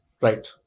Right